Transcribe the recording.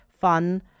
fun